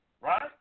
right